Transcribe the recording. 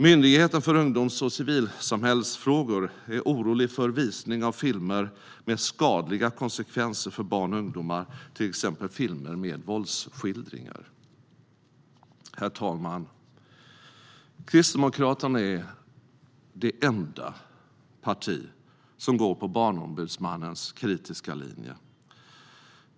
Myndigheten för ungdoms och civilsamhällesfrågor är orolig för "visning av filmer med skadliga konsekvenser för barn och ungdomar, t.ex. filmer med våldsskildringar". Herr talman! Kristdemokraterna är det enda parti som går på Barnombudsmannens kritiska linje.